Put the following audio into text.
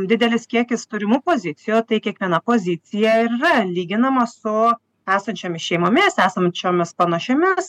didelis kiekis turimų pozicijų tai kiekviena pozicija ir yra lyginama su esančiomis šeimomis esančiomis panašiomis